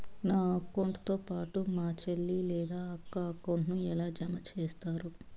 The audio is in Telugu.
నా అకౌంట్ తో పాటు మా చెల్లి లేదా అక్క అకౌంట్ ను ఎలా జామ సేస్తారు?